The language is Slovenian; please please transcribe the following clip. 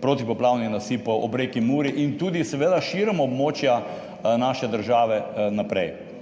protipoplavnih nasipov ob reki Muri in tudi seveda širom območja naše države naprej.